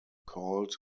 called